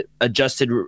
adjusted